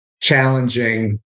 challenging